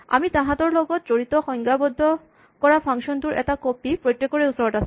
আমি তাহাঁতৰ লগত জড়িত কৰি সংজ্ঞাবদ্ধ কৰা ফাংচন টোৰ এটা কপি প্ৰত্যেকৰে ওচৰতে আছে